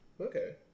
Okay